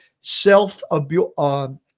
self-abuse